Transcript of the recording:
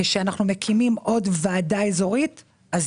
כשאנחנו מקימים עוד ועדה אזורית יש